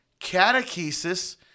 catechesis